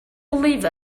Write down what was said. believe